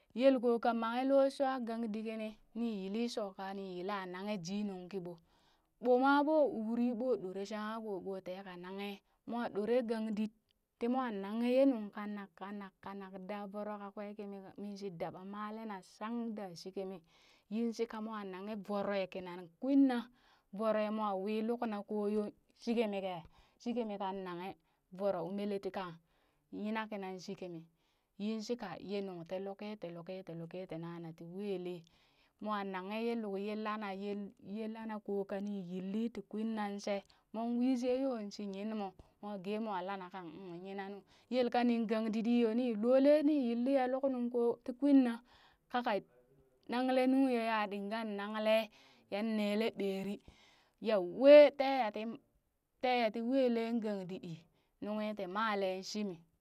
Yel koo ka manghe loo shwaa gang di kini nii yili shoo ɓani yila nang jiinung kiɓoo, ɓoo ma ɓoo uri ɓoo ɗoree shankakoo ɓoo tee ka nanghe mwa ɗore gangdit ti moo nanghe yee nuŋ kanak kanak kanak da voro kakwe kimi k minshi male shang daa shii kimi yin shika moo nanghe voroe kina kwinna, voro moo wii lukna koo yo, shi kimi kee shikimii kan nanghe, voro ummalee tii kang yina kenan shikimi yin shiika yee nuŋ ti luki ti luki ti luki, ti nana ti weelee mwa nanghe ye luk ye lana, yee lana koo kanii yilli ti kwinna shee mon wi sheen yoo shii nyinmoo, mwa gee mwa lana kang ung nyina yel ka nin gang diɗi yoo, nii loolee li yilli ya luk nunkoo tii kwin na kaka nangle nung ya, ya ɗigan nanlee yan neelee ɓeri ya wee tee yaa ti tee ya tii weelee gang diɗi nunghi tii malee shimii.